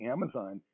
Amazon